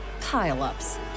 pile-ups